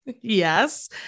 Yes